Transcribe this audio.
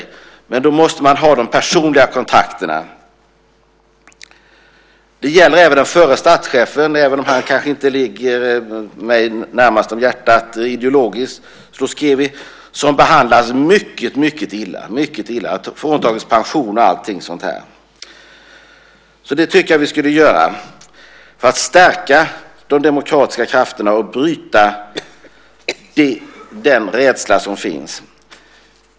Då måste man ha de personliga kontakterna. Det gäller även den förre statschefen Sjusjkevitj, även om han kanske inte ligger mig närmast om hjärtat ideologiskt, som behandlas mycket illa. Han har fråntagits pension och allt sådant. Det tycker jag att vi skulle göra för att stärka de demokratiska krafterna och bryta den rädsla som finns.